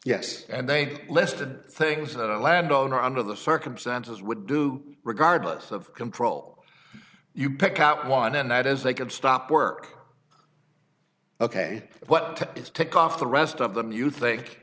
yes and they listed things that a landowner under the circumstances would do regardless of control you pick out one and that is they could stop work ok what is take off the rest of them you think